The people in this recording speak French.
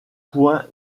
point